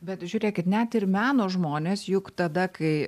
bet žiūrėkit net ir meno žmonės juk tada kai